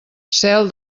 cel